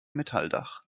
metalldach